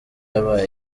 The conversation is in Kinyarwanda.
yaba